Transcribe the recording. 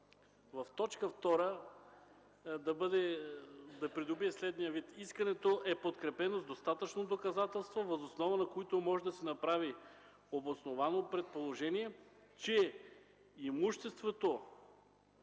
ал. 2, т. 2 да придобие следния вид: „Искането е подкрепено с достатъчно доказателства, въз основа на които може да се направи обосновано предположение, че имуществото,